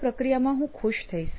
આ પ્રક્રિયામાં હું ખુશ થઈશ